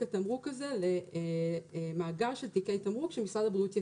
התמרוק הזה למאגר של תיקי תמרוק שמשרד הבריאות יקים.